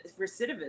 recidivism